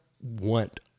want